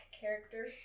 character